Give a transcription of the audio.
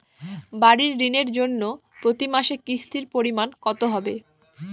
বাড়ীর ঋণের জন্য প্রতি মাসের কিস্তির পরিমাণ কত হবে?